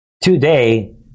today